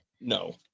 no